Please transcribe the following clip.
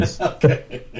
Okay